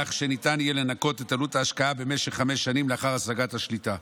כך שניתן יהיה לנכות את עלות ההשקעה במשך חמש שנים לאחר השגת השליטה.